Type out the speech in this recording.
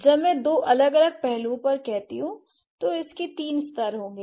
जब मैं दो अलग अलग पहलुओं पर कहती हूं तो इसके तीन स्तर होंगे